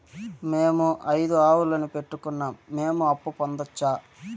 మేము ఐదు ఆవులని పెట్టుకున్నాం, మేము అప్పు పొందొచ్చా